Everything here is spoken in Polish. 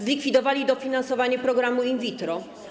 Zlikwidowali dofinansowanie programu in vitro.